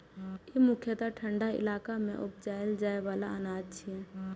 ई मुख्यतः ठंढा इलाका मे उपजाएल जाइ बला अनाज छियै